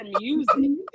music